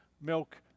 milk